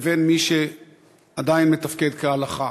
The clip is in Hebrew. לבין מי שעדיין מתפקד כהלכה.